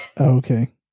Okay